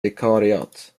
vikariat